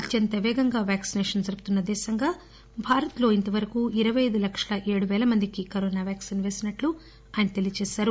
అత్యంత పేగంగా వ్యాక్సినేషన్ జరుపుతున్న దేశంగా భారత్ లో ఇంతవరకు ఇరపై అయిదు లక్షల ఏడుపేల మందికి కరోనా వ్యాక్సిన్ పేసినట్టు ఆయన తెలియచేశారు